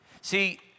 See